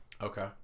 Okay